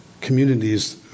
communities